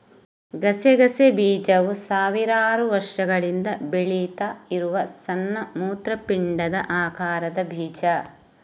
ಗಸಗಸೆ ಬೀಜವು ಸಾವಿರಾರು ವರ್ಷಗಳಿಂದ ಬೆಳೀತಾ ಇರುವ ಸಣ್ಣ ಮೂತ್ರಪಿಂಡದ ಆಕಾರದ ಬೀಜ